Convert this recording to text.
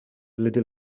little